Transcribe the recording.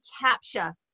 capture